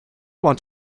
want